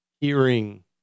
hearing